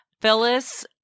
Phyllis